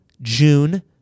June